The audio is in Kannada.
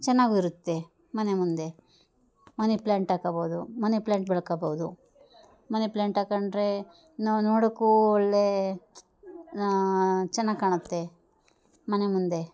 ಚೆನ್ನಾಗು ಇರುತ್ತೆ ಮನೆ ಮುಂದೆ ಮನಿ ಪ್ಲಾಂಟ್ ಹಾಕಬೋದು ಮನಿ ಪ್ಲಾಂಟ್ ಬೆಳ್ಕೊಬೌದು ಮನಿ ಪ್ಲಾಂಟ್ ಹಾಕಂಡ್ರೆ ನಾವು ನೋಡೋಕು ಒಳ್ಳೆ ಚೆನ್ನಾಗ್ ಕಾಣುತ್ತೆ ಮನೆ ಮುಂದೆ